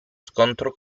scontro